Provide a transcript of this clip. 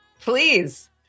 Please